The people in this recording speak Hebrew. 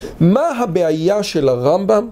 מה הבעיה של הרמב״ם?